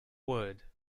wood